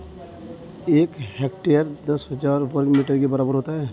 एक हेक्टेयर दस हजार वर्ग मीटर के बराबर होता है